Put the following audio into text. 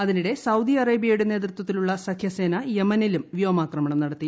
അതിനിടെ സൌദി അറേബ്യയുടെ നേതൃത്വത്തിലുള്ള സഖ്യസേന യമനിലും വ്യോമാക്രമണം നടത്തി